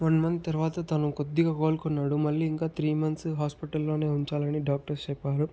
one month తర్వాత తను కొద్దిగా కోలుకున్నాడు మళ్ళీ ఇంకా త్రీ మంత్స్ హాస్పటల్ లోనే ఉంచాలని డాక్టర్స్ చెప్పారు